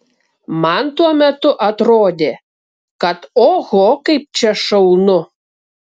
man tuo metu atrodė kad oho kaip čia šaunu